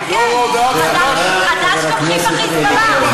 כן, כן, הודעת חד"ש, תומכים ב"חיזבאללה".